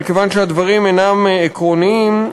אבל כיוון שהדברים אינם עקרוניים,